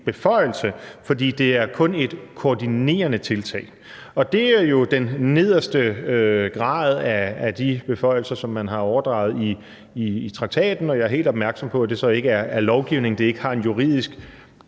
beføjelse, for det er kun et koordinerende tiltag. Og det er jo den nederste grad af de beføjelser, som man har overdraget i traktaten, og jeg er helt opmærksom på, at det så ikke er lovgivning, og at det ikke har en juridisk